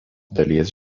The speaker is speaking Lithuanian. dalies